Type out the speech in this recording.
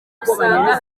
gusanga